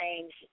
change